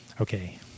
okay